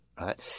right